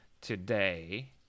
today